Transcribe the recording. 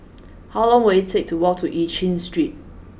how long will it take to walk to Eu Chin Street